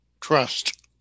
trust